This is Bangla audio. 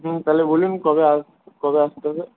হুম তাহলে বলুন কবে আস কবে আসতে হবে